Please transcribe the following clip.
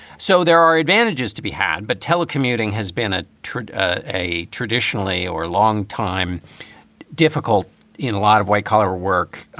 so there are advantages to be had. but telecommuting has been ah a a traditionally or long time difficult in a lot of white collar work.